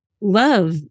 love